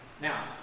Now